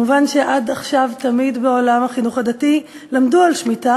מובן שעד עכשיו תמיד בעולם החינוך הדתי למדו על שמיטה,